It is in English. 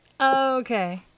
Okay